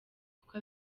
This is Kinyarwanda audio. kuko